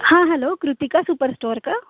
हां hello Kritika super store का